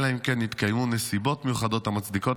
אלא אם כן התקיימו נסיבות מיוחדות המצדיקות